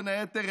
בין היתר,